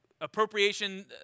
appropriation